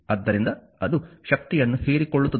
ಆದ್ದರಿಂದ ಅದು ಶಕ್ತಿಯನ್ನು ಹೀರಿಕೊಳ್ಳುತ್ತದೆ